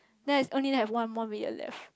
then I only have one more million left